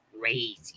crazy